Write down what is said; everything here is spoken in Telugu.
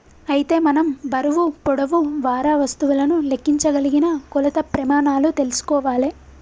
అయితే మనం బరువు పొడవు వారా వస్తువులను లెక్కించగలిగిన కొలత ప్రెమానాలు తెల్సుకోవాలే